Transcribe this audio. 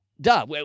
duh